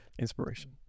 inspiration